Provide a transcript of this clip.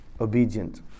obedient